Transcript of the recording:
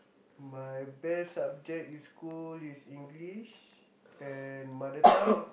my best subject in school is English and mother-tongue